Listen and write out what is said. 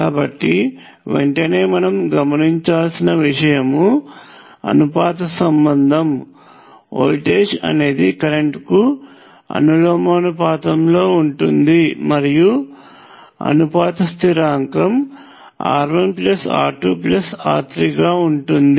కాబట్టి వెంటనే మనము గమనించాల్సిన విషయము అనుపాత సంబంధం వోల్టేజ్ అనేది కరెంట్ కు అనులోమానుపాతంలో ఉంటుంది మరియు అనుపాత స్థిరాంకం R1R2R3 గా ఉంటుంది